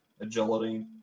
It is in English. agility